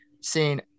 seen